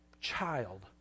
child